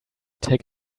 take